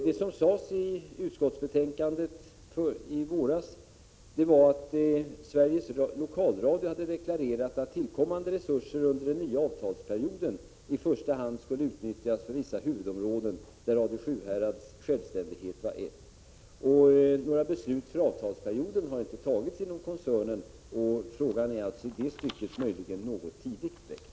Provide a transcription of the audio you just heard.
Det som sades i utskottsbetänkandet i våras var att Sveriges Lokalradio hade deklarerat att tillkommande resurser under den nya avtalsperioden i första hand skulle utnyttjas för vissa huvudområden, och Radio Sjuhärads självständighet var ett sådant. Några beslut för avtalsperioden har inte fattats inom koncernen. Frågan är alltså i det stycket möjligen något tidigt väckt.